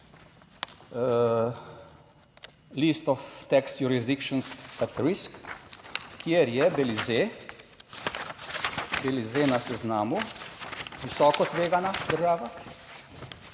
list of tax jurisdictions at the risk, kjer je Belize na seznamu visoko tvegana država